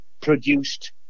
produced